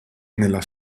nella